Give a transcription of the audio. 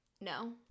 no